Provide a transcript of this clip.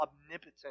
omnipotent